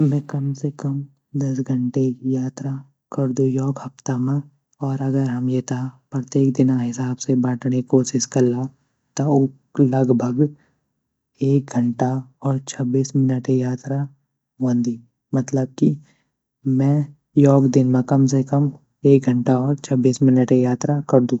में कम से कम दस घंटे गी यात्रा कर्दू योक हफ़्ता म और अगर हम येता प्रतेक दिना हिसाब से बाटणे कोशिश कला त ऊ लगभग एक घंटा और छब्बीस मिनट ए यात्रा वंदी मतलब की मैं योक दिन म कम से कम एक घंटा और छब्बीस मिनट ए यात्रा कर्दू।